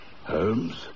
Holmes